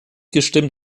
gestimmt